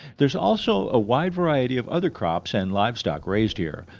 there's also a wide variety of other crops and livestock raised here,